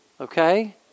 okay